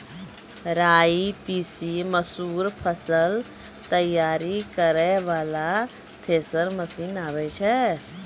राई तीसी मसूर फसल तैयारी करै वाला थेसर मसीन आबै छै?